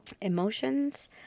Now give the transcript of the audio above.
Emotions